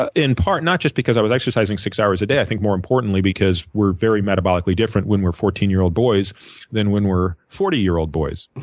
ah in part not just because i was exercising six hours a day, i think more importantly because we're very metabolically different when we're fourteen year old boys than when we're forty year old boys.